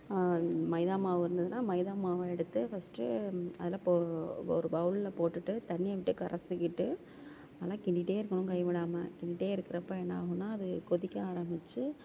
மைதா மாவு இருந்ததுன்னா மைதா மாவை எடுத்து ஃபஸ்ட்டு அதில் போ ஒரு பவுள்ள ல்ல போட்டுட்டு தண்ணியை விட்டு கரைச்சிக்கிட்டு நல்லா கிண்டிகிட்டே இருக்கணும் கை விடாமல் கிண்டிகிட்டே இருக்கிறப்ப என்ன ஆகுன்னா அது கொதிக்க ஆரம்மிச்சு